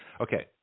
Okay